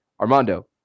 Armando